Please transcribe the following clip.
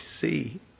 see